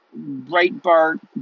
Breitbart